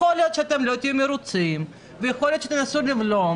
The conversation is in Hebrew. יכול להיות שאתם לא תהיו מרוצים ויכול להיות שתנסו לבלום,